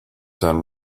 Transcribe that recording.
turned